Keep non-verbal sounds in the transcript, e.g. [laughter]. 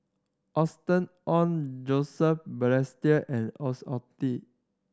Austen Ong Joseph Balestier and [unintelligible]